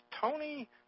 Tony